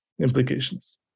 implications